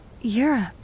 Europe